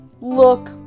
look